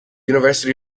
university